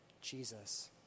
Jesus